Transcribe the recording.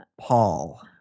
Paul